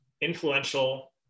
influential